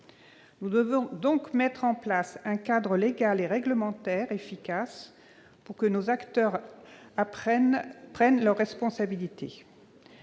Nous devons donc mettre en place un cadre légal et réglementaire efficace pour que nos acteurs prennent leurs responsabilités.